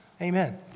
amen